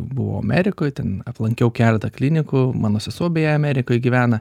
buvau amerikoj ten aplankiau keletą klinikų mano sesuo beje amerikoj gyvena